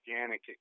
organic